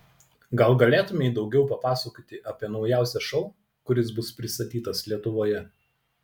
gal galėtumei daugiau papasakoti apie naujausią šou kuris bus pristatytas lietuvoje